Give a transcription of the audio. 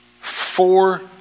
four